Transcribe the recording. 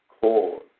cause